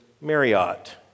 Marriott